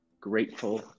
grateful